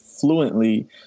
fluently